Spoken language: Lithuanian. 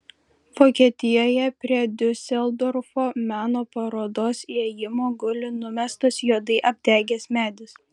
vokietijoje prie diuseldorfo meno parodos įėjimo guli numestas juodai apdegęs medis